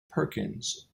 perkins